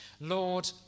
Lord